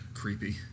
creepy